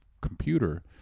computer